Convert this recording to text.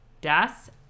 Das